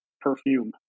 perfume